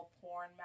porn